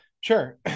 Sure